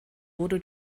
wurde